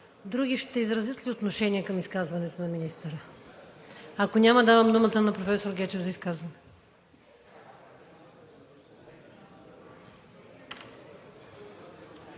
Други ще изразят ли отношение към изказването на министъра? Ако няма, давам думата на професор Гечев за изказване.